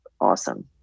awesome